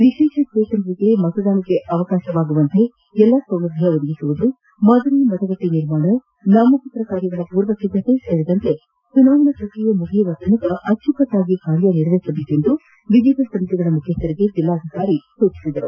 ವಿಶೇಷಚೇತನರಿಗೆ ಮತದಾನಕ್ಕೆ ಅವಕಾಶವಾಗುವಂತೆ ಎಲ್ಲಾ ಸೌಲಭ್ಯ ಒದಗಿಸುವುದು ಮಾದರಿ ಮತಗಟ್ಟೆ ನಿರ್ಮಾಣ ನಾಮಪತ್ರ ಕಾರ್ಯಗಳ ಮೂರ್ವಸಿದ್ಧಕೆ ಸೇರಿದಂತೆ ಚುನಾವಣಾ ಪ್ರಕ್ರಿಯೆ ಮುಗಿಯುವರೆಗೆ ಆಚ್ಚುಕಟ್ಟಾಗಿ ಕಾರ್ಯನಿರ್ವಹಿಸುವಂತೆ ವಿವಿಧ ಸಮಿತಿಗಳ ಮುಖ್ಯಸ್ಥರಿಗೆ ಜಿಲ್ಲಾಧಿಕಾರಿ ಸೂಚಿಸಿದರು